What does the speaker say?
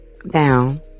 down